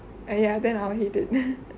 !aiya! then I'll hate it